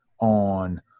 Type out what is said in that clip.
on